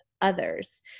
others